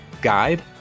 guide